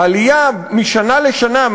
העלייה משנה לשנה,